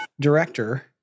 director